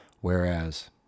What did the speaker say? Whereas